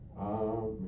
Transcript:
Amen